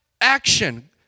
action